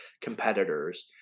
competitors